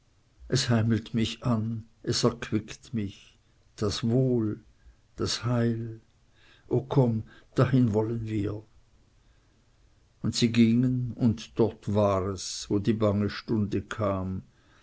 es heimelt mich an es erquickt mich das wohl das heil o komm dahin wollen wir und sie gingen und dort war es wo die bange stunde kam